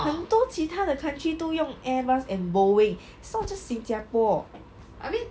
很多其他的 country 都用 airbus and boeing it's not just 新加坡